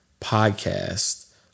podcast